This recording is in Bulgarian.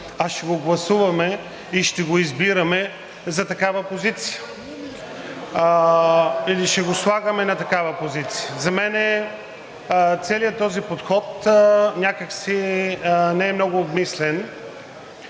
а ще го гласуваме и ще го избираме на такава позиция, или ще го слагаме на такава позиция? За мен целият този подход някак си не е много обмислен.